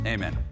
Amen